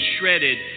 shredded